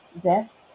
zest